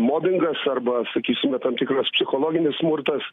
mobingas arba sakysime tam tikras psichologinis smurtas